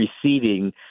preceding